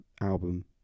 album